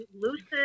lucid